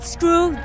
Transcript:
Screw